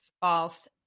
false